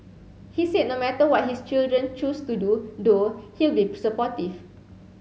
he said no matter what his children choose to do though he'll be supportive